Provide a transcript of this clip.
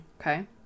Okay